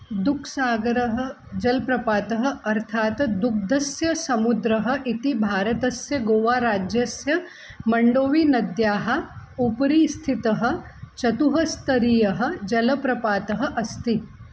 दूद्सागरः जलप्रपातः अर्थात् दुग्धस्य समुद्रः इति भारतस्य गोवा राज्यस्य मण्डोविनद्याः उपरि स्थितः चतुस्तरीयः जलप्रपातः अस्ति